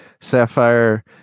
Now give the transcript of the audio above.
Sapphire